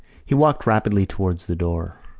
he walked rapidly towards the door.